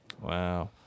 Wow